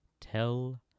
tell